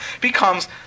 becomes